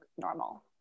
normal